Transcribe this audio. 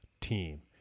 team